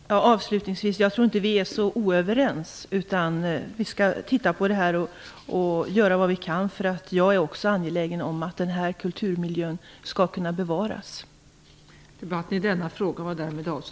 Fru talman! Avslutningsvis vill jag säga att jag inte tror att vi är så oense. Vi skall titta på detta och göra vad vi kan. Jag är också angelägen om att denna kulturmiljö skall kunna bevaras.